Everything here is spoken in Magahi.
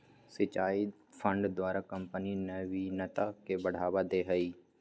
रिसर्च फंड द्वारा कंपनी नविनता के बढ़ावा दे हइ